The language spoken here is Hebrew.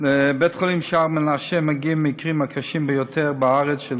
לבית-החולים שער מנשה מגיעים המקרים הקשים ביותר בארץ של